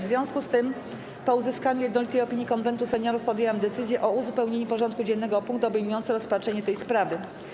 W związku z tym, po uzyskaniu jednolitej opinii Konwentu Seniorów, podjęłam decyzję o uzupełnieniu porządku dziennego o punkt obejmujący rozpatrzenie tej sprawy.